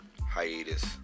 hiatus